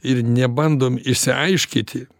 ir nebandom išsiaiškyti